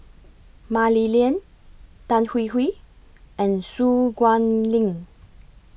Mah Li Lian Tan Hwee Hwee and Su Guaning